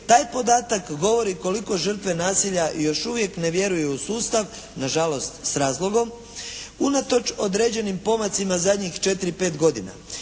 Taj podatak govori koliko žrtve nasilja još uvijek ne vjeruju u sustav, nažalost s razlogom, unatoč određenim pomacima zadnjih 4, 5 godina.